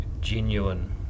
genuine